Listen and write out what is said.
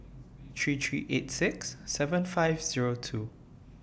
three three eight six seven five Zero two